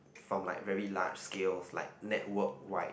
from like very large scales like network wide